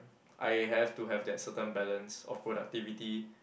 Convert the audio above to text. I have to have that certain balance of productivity